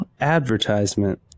advertisement